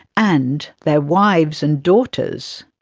and their wives and daughters.